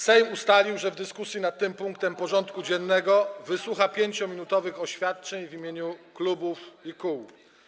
Sejm ustalił, że w dyskusji nad tym punktem porządku dziennego wysłucha 5-minutowych oświadczeń w imieniu klubów i kół.